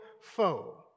foe